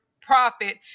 profit